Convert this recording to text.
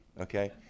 Okay